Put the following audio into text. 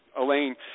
Elaine